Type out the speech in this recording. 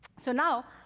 so now,